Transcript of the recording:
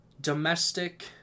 domestic